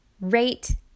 rate